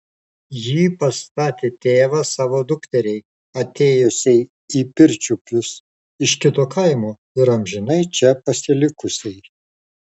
jį pastatė tėvas savo dukteriai atėjusiai į pirčiupius iš kito kaimo ir amžinai čia pasilikusiai